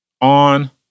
on